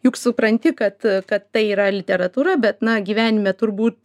juk supranti kad kad tai yra literatūra bet na gyvenime turbūt